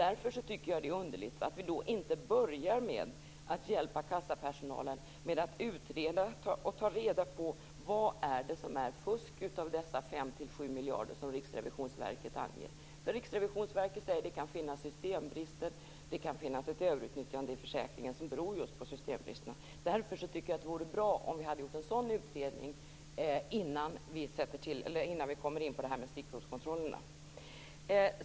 Därför tycker jag att det är underligt att vi inte börjar med att hjälpa kassapersonalen med att utreda och ta reda på vad som utgör fusk i dessa 5-7 miljarder som Riksrevisionsverket har angivit. Riksrevisionsverket säger att det kan finnas systembrister. Det kan finnas ett överutnyttjande i försäkringen som just beror på systembristerna. Därför vore det bra om vi gjorde en sådan utredning innan vi kommer in på frågan om stickprovskontrollerna.